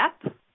step